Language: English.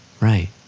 Right